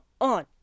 on